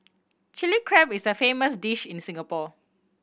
Chilli Crab is a famous dish in Singapore